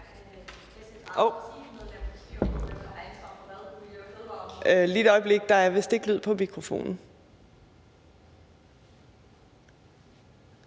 et øjeblik, der er vist ikke lyd på mikrofonen.